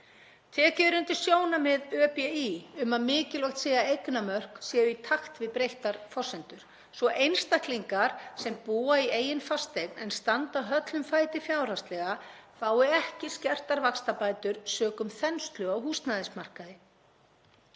Tekið er undir sjónarmið ÖBÍ um að mikilvægt sé að eignamörk séu í takt við breyttar forsendur svo einstaklingar sem búa í eigin fasteign en standa höllum fæti fjárhagslega fái ekki skertar vaxtabætur sökum þenslu á húsnæðismarkaði.